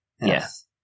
Yes